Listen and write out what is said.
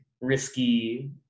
risky